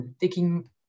taking